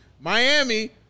Miami